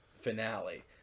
finale